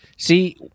See